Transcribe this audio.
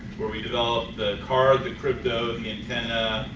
where we developed the card, the crypto and antenna.